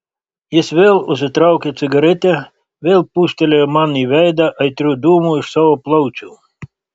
jis vėl užsitraukė cigaretę vėl pūstelėjo man į veidą aitrių dūmų iš savo plaučių